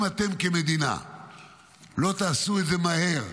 אם אתם כמדינה לא תעשו את זה מהר,